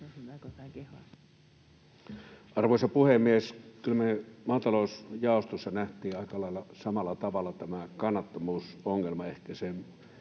Arvoisa puhemies! Kyllä me maata-lousjaostossa nähtiin aika lailla samalla tavalla tämä kannattavuusongelma ehkä